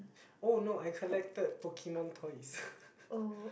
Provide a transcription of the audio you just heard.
oh no I collected Pokemon toys